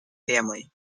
family